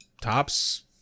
tops